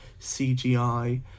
CGI